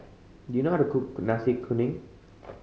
do you know how to cook Nasi Kuning